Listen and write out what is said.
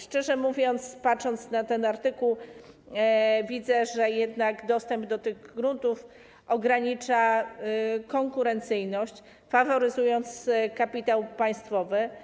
Szczerze mówiąc, gdy patrzę na ten artykuł, widzę, że jednak taki dostęp do tych gruntów ogranicza konkurencyjność, faworyzuje kapitał państwowy.